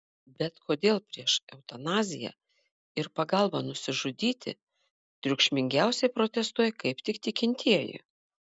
bet kodėl prieš eutanaziją ir pagalbą nusižudyti triukšmingiausiai protestuoja kaip tik tikintieji